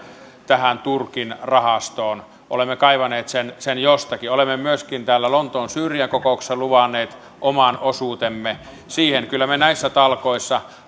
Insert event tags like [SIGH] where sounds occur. tähän turkin rahastoon olemme kaivaneet sen sen jostakin olemme myöskin täällä lontoon syyria kokouksessa luvanneet oman osuutemme siihen kyllä me näissä talkoissa [UNINTELLIGIBLE]